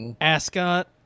Ascot